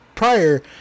prior